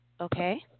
Okay